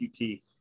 QT